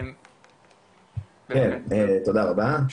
תודה רבה,